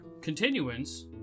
Continuance